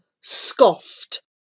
scoffed